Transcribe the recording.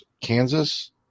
Kansas